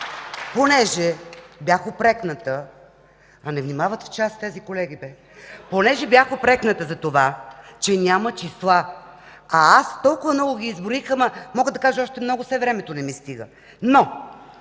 Понеже бях упрекната, а не внимават в час тези колеги, бе. (Смях и оживление.) Понеже бях упрекната за това, че няма числа, а аз толкова много ги изброих. Мога да кажа още много, все времето не ми стига. Но